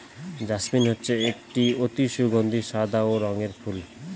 jasmine হচ্ছে একটি অতি সগন্ধি ও সাদা রঙের ফুল